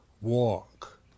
walk